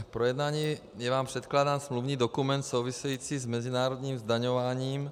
K projednání je vám předkládán smluvní dokument související s mezinárodním zdaňováním.